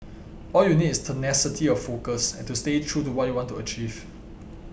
all you need is tenacity of focus and to stay true to what you want to achieve